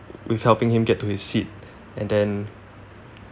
with helping him get to his seat and then